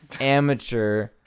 amateur